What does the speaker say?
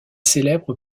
célèbre